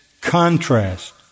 contrast